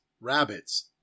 rabbits